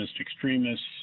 extremists